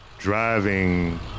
driving